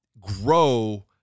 grow